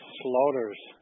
slaughters